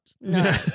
No